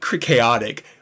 chaotic